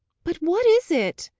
but what is it?